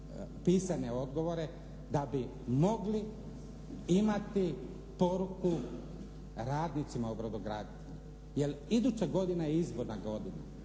pisane odgovore da bi mogli imati poruku radnicima u brodogradnji jer iduća godina je izborna godina,